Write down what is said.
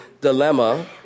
dilemma